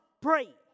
pray